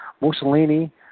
Mussolini